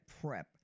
prep